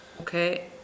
Okay